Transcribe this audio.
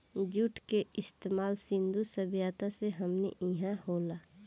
जुट के इस्तमाल सिंधु सभ्यता से हमनी इहा होला